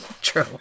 True